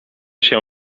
się